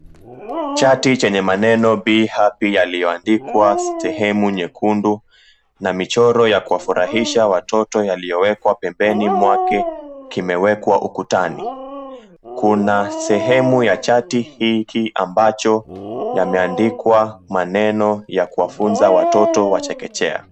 Chati chenye maneno "Be Happy" yaliyoandikwa sehemu nyekundu na michoro ya kuwafurahisha watoto yaliyowekwa pembeni mwake kimewekwa ukutani. Kuna sehemu ya chati hiki ambacho yameandikwa maneno ya kuwafunza watoto wa chekechea.